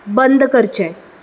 बंद करचें